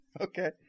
Okay